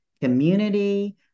community